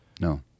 No